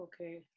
okay